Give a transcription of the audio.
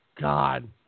God